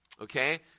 okay